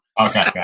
Okay